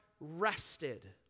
rested